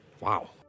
Wow